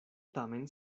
tamen